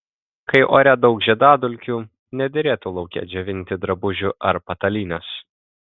kai ore daug žiedadulkių nederėtų lauke džiovinti drabužių ar patalynės